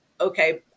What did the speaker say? okay